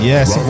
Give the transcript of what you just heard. Yes